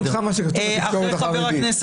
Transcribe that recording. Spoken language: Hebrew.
לך לקלפי יא אמיץ.